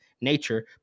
nature